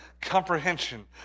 comprehension